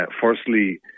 Firstly